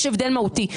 יש הבדל מהותי.